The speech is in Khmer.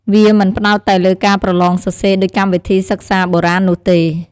វាមិនផ្តោតតែលើការប្រឡងសរសេរដូចកម្មវិធីសិក្សាបុរាណនោះទេ។